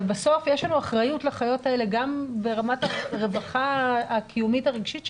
אבל בסוף יש לנו אחריות לחיות האלה גם ברמת הרווחה הקיומית הרגשית שלהן.